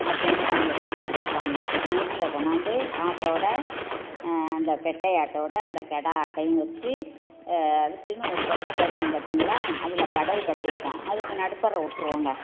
அப்படின்னு அவங்க கெடா கொடுப்பாங்கள் நைட்டில் கொண்டார்ந்து ஆட்டோடய அந்த பெட்டை ஆட்டோடய அந்த கெடா ஆட்டையும் வச்சு அதுக்குன்னு ஒரு கொட்டகை இருக்கும் பார்த்தீங்களா அதில் படல் கட்டி இருப்போம் அதுக்கு நடுப்பர உற்றுவோங்க